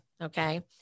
okay